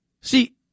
See